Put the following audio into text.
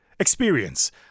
Experience